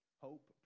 Hope